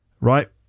right